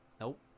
Nope